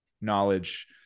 knowledge